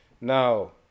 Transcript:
Now